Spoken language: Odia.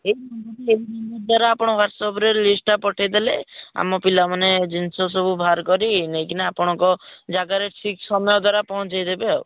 ଏହି ନମ୍ବର୍ ଏହି ନମ୍ବର୍ ଦ୍ୱାରା ଆପଣ ୱାଟସ୍ଅପ୍ରେ ଲିଷ୍ଟ୍ଟା ପଠାଇ ଦେଲେ ଆମ ପିଲାମାନେ ଜିନିଷ ସବୁ ବାହାର କରି ନେଇକି ନା ଆପଣଙ୍କ ଜାଗାରେ ଠିକ୍ ସମୟ ଦ୍ୱାରା ପହଞ୍ଚାଇ ଦେବ ଆଉ